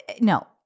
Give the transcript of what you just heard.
no